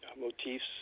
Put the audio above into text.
motifs